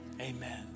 Amen